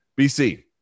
bc